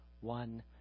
one